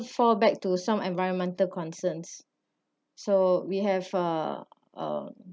fall back to some environmental concerns so we have uh